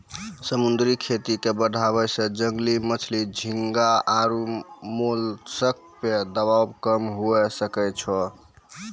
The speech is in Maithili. समुद्री खेती के बढ़ाबै से जंगली मछली, झींगा आरु मोलस्क पे दबाब कम हुये सकै छै